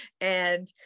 And-